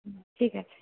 হুম ঠিক আছে